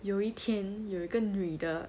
有一天有一个女的